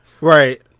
Right